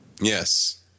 yes